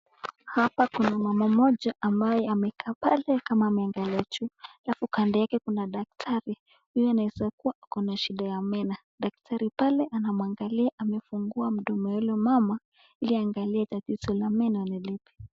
Hapa kuna mama mmoja ambaye amekaa pale kama ameangalia juu halafu kando yake kuna daktari huyu anaeza kuwa na shida ya meno, Daktari pale anamwangalia amefungua mdomo ya huyo mama ili angalie tatizo la meno ni lipi.